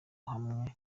hamwe